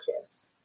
kids